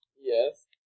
Yes